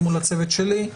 למול הצוות שלי.